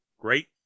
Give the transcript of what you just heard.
Great